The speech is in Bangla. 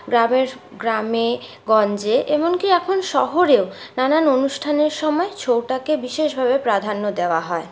গ্রামে গঞ্জে এমনকি এখন শহরেও নানান অনুষ্ঠানের সময় ছৌটাকে বিশেষ প্রাধান্য দেওয়া হয়